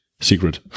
secret